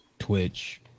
Twitch